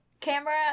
camera